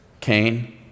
Cain